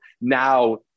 now